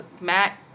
Matt